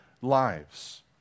lives